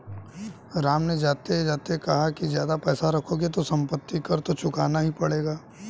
राम ने जाते जाते कहा कि ज्यादा पैसे रखोगे तो सम्पत्ति कर तो चुकाना ही पड़ेगा